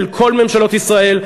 של כל ממשלות ישראל.